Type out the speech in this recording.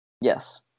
yes